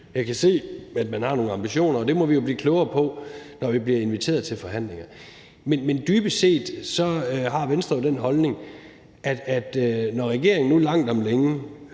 Jeg kan se, at man har nogle ambitioner, og det må vi jo blive klogere på, når vi bliver inviteret til forhandlinger. Men dybest set har Venstre og jeg jo den holdning, at når regeringen nu langt om længe